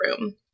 room